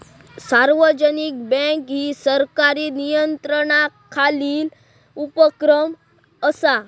सार्वजनिक बँक ही सरकारी नियंत्रणाखालील उपक्रम असा